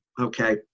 okay